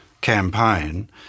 campaign